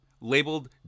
labeled